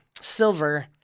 Silver